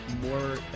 more